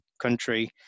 country